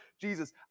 Jesus